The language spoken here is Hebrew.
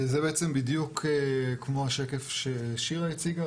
זה בעצם בדיוק כמו השקף ששירה הציגה,